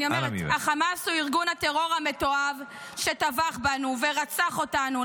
אני אומרת: החמאס הוא ארגון הטרור המתועב שטבח בנו ורצח אותנו.